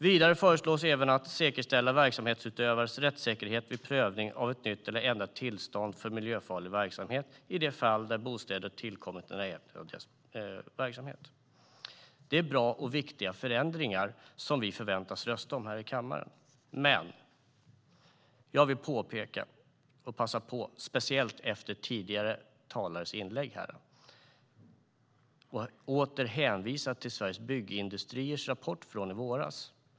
Vidare föreslås att man ska säkerställa verksamhetsutövares rättssäkerhet vid prövning av ett nytt eller ändrat tillstånd för miljöfarlig verksamhet i de fall där bostäder tillkommit i närheten av verksamheten. Detta är bra och viktiga förändringar som vi förväntas rösta om här i kammaren. Jag vill dock, speciellt efter tidigare talares inlägg, passa på att åter hänvisa till Sveriges Byggindustriers rapport från i våras.